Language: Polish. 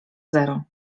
zero